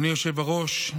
אדוני היושב-ראש,